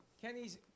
Kenny's